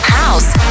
house